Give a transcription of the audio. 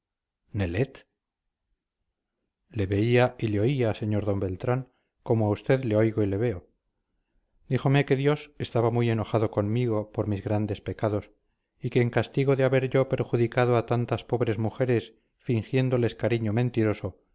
le oía sr d beltrán como a usted le oigo y le veo díjome que dios estaba muy enojado conmigo por mis grandes pecados y que en castigo de haber yo perjudicado a tantas pobres mujeres fingiéndoles cariño mentiroso